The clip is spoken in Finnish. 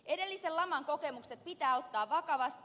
edellisen laman kokemukset pitää ottaa vakavasti